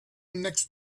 next